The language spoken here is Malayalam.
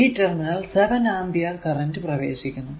ഈ ടെർമിനൽ 7 ആമ്പിയർ കറന്റ് പ്രവേശിക്കുന്നു